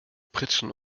pritschen